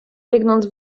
biegnąc